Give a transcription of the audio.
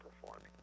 performing